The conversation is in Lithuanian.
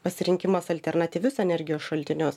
pasirinkimas alternatyvius energijos šaltinius